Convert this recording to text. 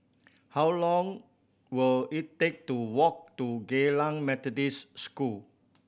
how long will it take to walk to Geylang Methodist School